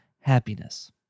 happiness